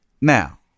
Now